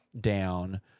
down